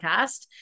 podcast